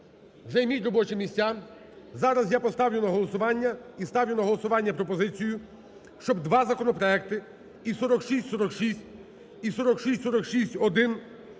займіть робочі місця. Зараз я поставлю на голосування. І ставлю на голосування пропозицію, щоб два законопроекти, і 4646, і 4646-1